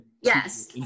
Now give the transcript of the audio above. Yes